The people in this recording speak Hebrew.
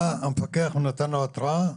בא המפקח ונתן לו התראה,